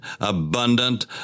abundant